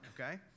Okay